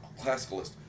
classicalist